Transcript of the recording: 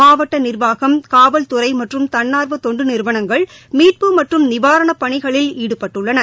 மாவட்ட நிர்வாகம் காவல்துறை மற்றும் தன்னார்வ தொண்டு நிறுவனங்கள் மீட்பு மற்றும் நிவாரணப் பணிகளில் ஈடுபட்டுள்ளன